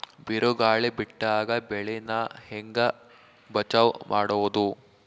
ಬಿರುಗಾಳಿ ಬಿಟ್ಟಾಗ ಬೆಳಿ ನಾ ಹೆಂಗ ಬಚಾವ್ ಮಾಡೊದು?